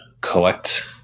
collect